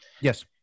Yes